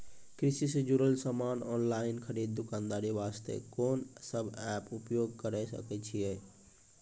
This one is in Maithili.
कृषि से जुड़ल समान ऑनलाइन खरीद दुकानदारी वास्ते कोंन सब एप्प उपयोग करें सकय छियै?